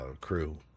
crew